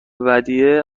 ودیعه